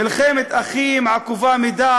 מלחמת אחים עקובה מדם